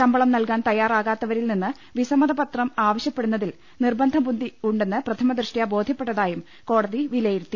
ശമ്പളം നൽകാൻ തയ്യാ റാകാത്തവരിൽ നിന്ന് വിസമ്മതപത്രം ആവശ്യപ്പെടുന്നതിൽ നിർബന്ധ ബുദ്ധി ഉണ്ടെന്ന് പ്രഥമദൃഷ്ട്യാ ബോധ്യപ്പെട്ടതായും കോടതി വിലയിരുത്തി